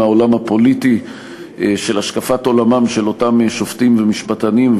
מהעולם הפוליטי של השקפת עולמם של אותם שופטים ומשפטנים,